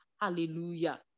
Hallelujah